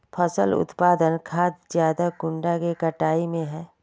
फसल उत्पादन खाद ज्यादा कुंडा के कटाई में है?